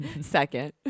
Second